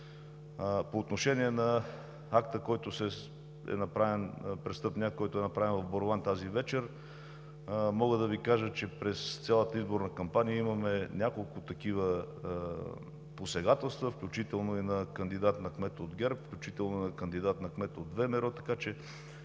По отношение на престъпния акт в Борован тази вечер, мога да Ви кажа, че през цялата изборна кампания имаме няколко такива посегателства, включително и на кандидат кмет от ГЕРБ, включително и на кандидат кмет от ВМРО,